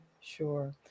Sure